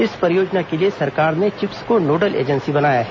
इस परियोजना के लिए सरकार ने चिप्स को नोडल एजेंसी बनाया है